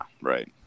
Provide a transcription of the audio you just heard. right